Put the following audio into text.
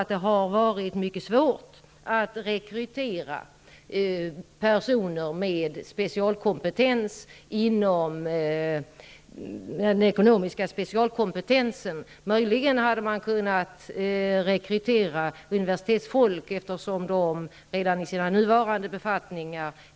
Det har varit mycket svårt att rekrytera personer inom den ekonomiska specialkompetensen. Möjligen hade man kunnat rekrytera universitetsfolk, eftersom de inte har särskilt höga löner i sina nuvarande befattningar.